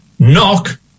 Knock